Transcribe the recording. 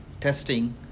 testing